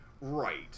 Right